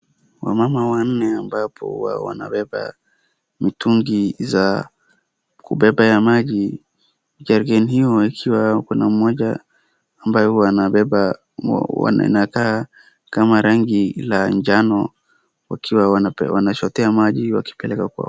Wamama wanne ambapo huwa wanabeba mitungi za kubeba ya maji. Jerikeni hiyo ikiwa kuna mmoja ambaye huwa anabeba, wanaonekana kama rangi ya njano, wakiwa wanachotea maji wakipeleka kwao.